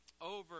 over